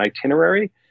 itinerary